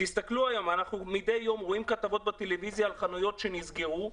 מדי יום אנחנו רואים כתבות בטלוויזיה על חנויות שנסגרו,